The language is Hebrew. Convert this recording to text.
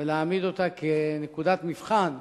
ולהעמיד אותה כנקודת מבחן